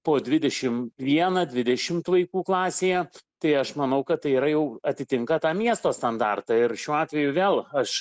po dvidešim vieną dvidešimt vaikų klasėje tai aš manau kad tai yra jau atitinka tą miesto standartą ir šiuo atveju vėl aš